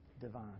divine